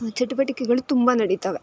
ಚಟುವಟಿಕೆಗಳು ತುಂಬ ನಡಿತವೆ